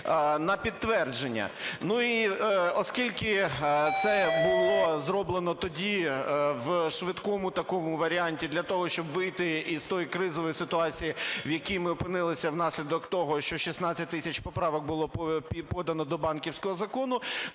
на підтвердження. І оскільки це було зроблено тоді в швидкому такому варіанті, для того, щоб вийти з тої кризової ситуації, в якій ми опинилися внаслідок того, що 16 тисяч поправок було подано до банківського закону,